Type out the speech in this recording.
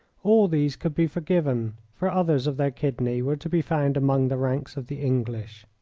all these could be forgiven, for others of their kidney were to be found among the ranks of the english.